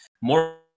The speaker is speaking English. more